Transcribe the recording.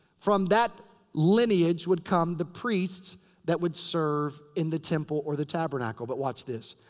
from that lineage would come the priests that would serve in the temple or the tabernacle. but watch this.